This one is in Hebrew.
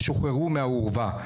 שוחררו מהאורווה.